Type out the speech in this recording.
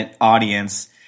audience